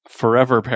forever